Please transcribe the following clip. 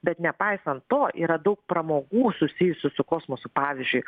bet nepaisant to yra daug pramogų susijusių su kosmosu pavyzdžiui